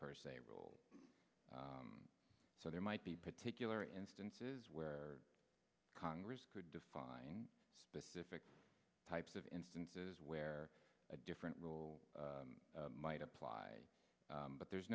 per se rule so there might be particular instances where congress could define specific types of instances where a different rule might apply but there's